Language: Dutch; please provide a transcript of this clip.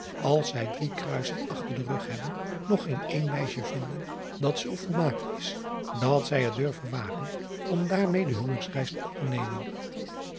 als zij drie kruisen achter den rug hebben nog geen een meisje vinden dat zoo volmaakt is dat zij het durven wagen om daarmeê de huwelijksreis te ondernemen